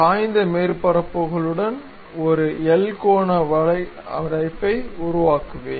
சாய்ந்த மேற்பரப்புகளுடன் ஒரு எல் கோண வகை அடைப்பை உருவாக்குவேன்